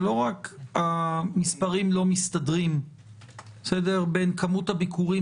לא רק המספרים לא מסתדרים בין כמות הביקורים